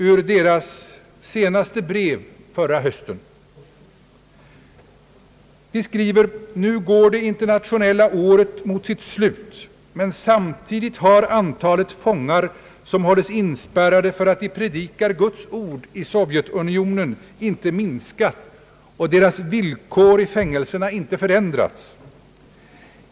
Ur deras senaste brev vill jag göra följande citat: »...Nu går det internationella året mot sitt slut, men samtidigt har antalet fångar som hålles inspärrade för att de predikar Guds ord i Sovjetunionen inte minskat och deras villkor i fängelserna inte förändrats.